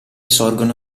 sorgono